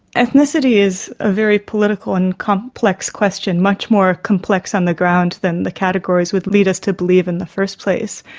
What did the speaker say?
ethnicity is a very political and complex question, much more complex on the ground than the categories would lead us to believe in the first place.